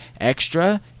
extra